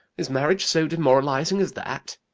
is marriage so demoralising as that?